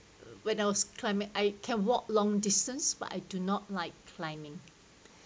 what else climbing I can walk long distance but I do not like climbing